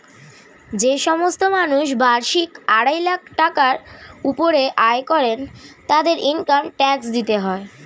যে সমস্ত মানুষ বার্ষিক আড়াই লাখ টাকার উপরে আয় করে তাদেরকে ইনকাম ট্যাক্স দিতে হয়